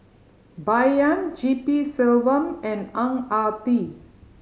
Bai Yan G P Selvam and Ang Ah Tee